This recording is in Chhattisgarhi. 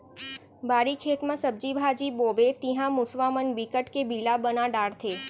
बाड़ी, खेत म सब्जी भाजी बोबे तिंहा मूसवा मन बिकट के बिला बना डारथे